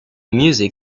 music